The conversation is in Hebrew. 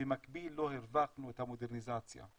ובמקביל לא הרווחנו את המודרניזציה,